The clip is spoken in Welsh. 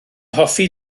hoffi